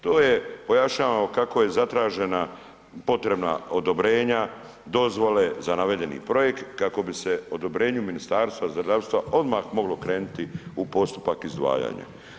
To je pojašnjavamo kako je zatražena potrebna odobrenja, dozvole za navedeni projekt kako bi se odobrenju Ministarstva zdravstva odmah moglo krenuti u postupak izdvajanja.